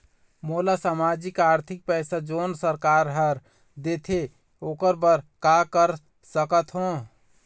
मोला सामाजिक आरथिक पैसा जोन सरकार हर देथे ओकर बर का कर सकत हो?